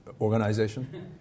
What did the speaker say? organization